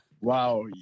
wow